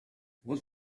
what